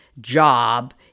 job